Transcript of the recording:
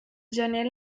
gener